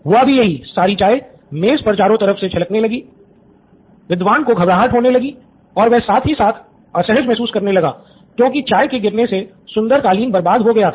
हुआ भी यही सारी चाय मेज़ पर प्याली से चारों तरफ से छलकने लगी विद्वान को घबराहट होने लगी और वह साथ ही साथ असहज महसूस करने लगा क्योंकि चाय के गिरने से सुंदर कालीन बर्बाद हो गया था